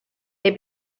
they